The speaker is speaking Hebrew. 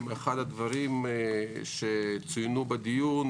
אחד הדברים שצוינו בדיון